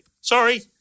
Sorry